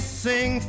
sing